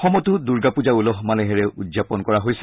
অসমতো দূৰ্গাপূজা উলহ মালহেৰে উদযাপন কৰা হৈছে